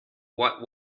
what